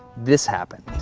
this happened.